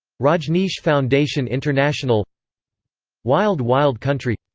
rajneesh foundation international wild wild country